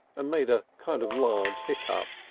and made a kind of large hiccup.